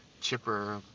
chipper